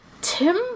Tim